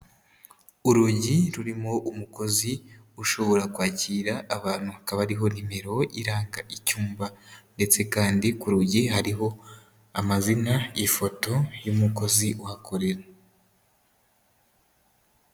Urugi rurimo umukozi ushobora kwakira abantu, hakaba hariho nimero iranga icyumba ndetse kandi ku rugi hariho amazina y'ifoto y'umukozi uhakorera.